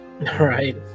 Right